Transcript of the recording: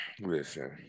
Listen